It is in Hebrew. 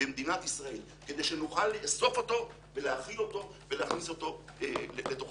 במדינת ישראל כדי שנוכל לאסוף אותו ולהכיל אותו ולהכניס אותו לתוכנו,